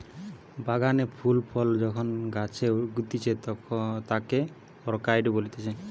বাগানে ফুল ফল যখন গাছে উগতিচে তাকে অরকার্ডই বলতিছে